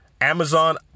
Amazon